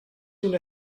una